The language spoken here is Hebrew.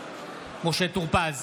משה טור פז,